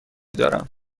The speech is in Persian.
دارم